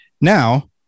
Now